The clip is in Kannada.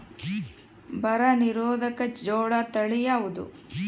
ಬರ ನಿರೋಧಕ ಜೋಳ ತಳಿ ಯಾವುದು?